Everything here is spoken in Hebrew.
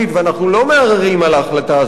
ואנחנו לא מערערים על ההחלטה הזו,